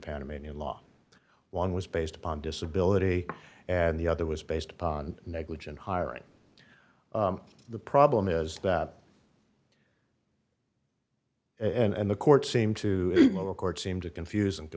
panamanian law one was based upon disability and the other was based upon negligent hiring the problem is that and the court seemed to record seem to confus